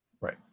Right